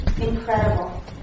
incredible